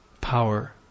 power